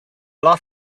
lot